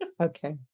Okay